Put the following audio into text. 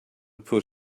put